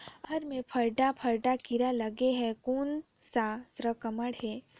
अरहर मे पंडरा पंडरा कीरा लगे हे कौन सा संक्रमण हे?